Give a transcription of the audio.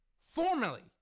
formally